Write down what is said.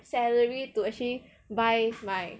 salary to actually buy my buy stuff that I want